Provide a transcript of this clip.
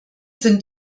sind